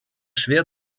schwer